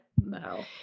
No